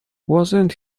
wasn’t